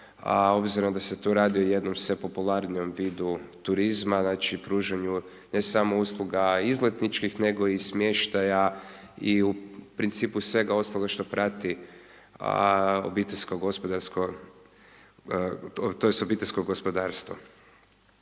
obzirom da se tu radi o jednom sve popularnijem vidu turizma, znači pružanju ne samo usluga izletničkih nego i smještaja i u principu svega ostaloga što prati obiteljsko gospodarstvo.